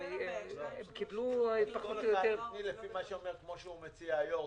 כפי שמציע היושב-ראש,